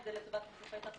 אם זה לטובת נתיבי תחבורה,